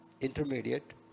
intermediate